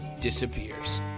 disappears